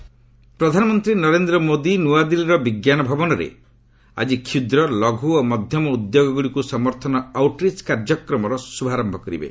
PM MSME ପ୍ରଧାନମନ୍ତ୍ରୀ ନରେନ୍ଦ୍ର ମୋଦି ନୂଆଦିଲ୍ଲୀର ବିଜ୍ଞାନ ଭବନରେ ଆଜି କ୍ଷୁଦ୍ର ଲଘୁ ଓ ମଧ୍ୟମ ଉଦ୍ୟୋଗଗୁଡ଼ିକୁ ସମର୍ଥନ ଆଉଟ୍ରିଚ୍ କାର୍ଯ୍ୟକ୍ରମର ଶୁଭାରମ୍ଭ କରିବେ